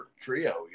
trio